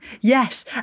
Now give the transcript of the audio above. Yes